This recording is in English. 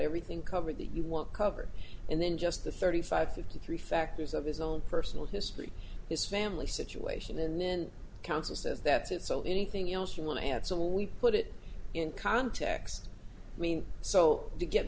everything covered that you won't cover and then just the thirty five fifty three factors of his own personal history his family situation and then counsel says that's it so anything else you want to add so we put it in context i mean so